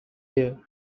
here